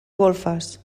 golfes